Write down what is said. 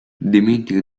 dimentica